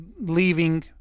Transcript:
leaving